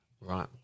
Right